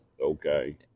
Okay